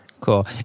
Cool